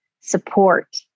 support